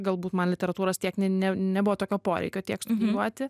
galbūt man literatūros tiek ne ne nebuvo tokio poreikio tiek studijuoti